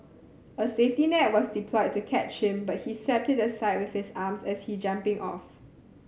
a safety net was deployed to catch him but he swept it aside with his arms as he jumping off